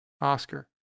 Oscar